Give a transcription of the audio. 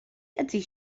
ydy